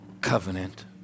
covenant